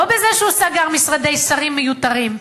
לא בזה שהוא סגר משרדי שרים מיותרים.